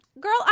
girl